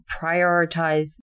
prioritize